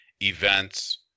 events